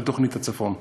על תוכנית הצפון,